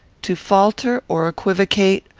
to falter, or equivocate,